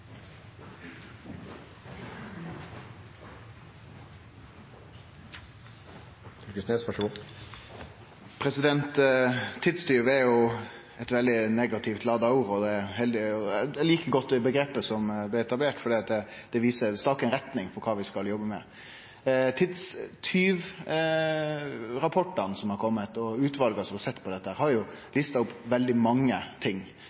jo eit veldig negativt lada ord, og eg likar godt det omgrepet som blei etablert, fordi det stakar ut ei retning på kva vi skal jobbe med. Tidstjuv-rapportane som har kome, og utvalet som har sett på dette, har jo lista opp veldig mange ting.